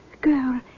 girl